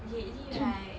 lately right